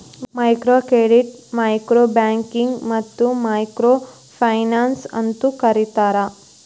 micro ಕ್ರೆಡಿಟ್ನ micro banking ಮತ್ತ micro finance ಅಂತೂ ಕರಿತಾರ